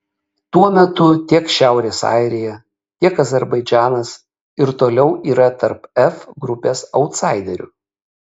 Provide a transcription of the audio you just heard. tuo metu tiek šiaurės airija tiek azerbaidžanas ir toliau yra tarp f grupės autsaiderių